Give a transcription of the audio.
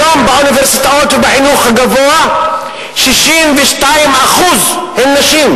היום באוניברסיטאות ובחינוך הגבוה 62% הם נשים.